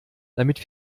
damit